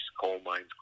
coal-mines